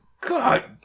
God